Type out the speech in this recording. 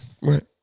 Right